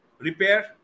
repair